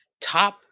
top